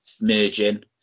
merging